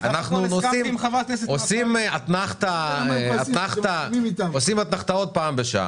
אנחנו עושים אתנחתאות פעם בשעה.